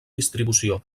distribució